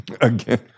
again